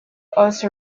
also